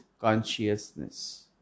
consciousness